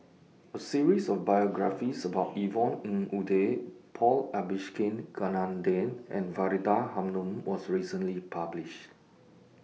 A series of biographies about Yvonne Ng Uhde Paul Abisheganaden and Faridah Hanum was recently published